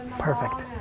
perfect.